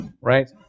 right